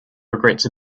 regrets